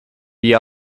the